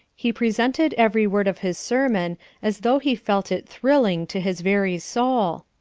he presented every word of his sermon as though he felt it thrilling to his very soul.